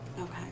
Okay